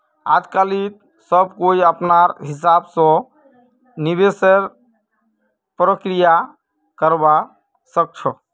आजकालित सब कोई अपनार हिसाब स निवेशेर प्रक्रिया करवा सख छ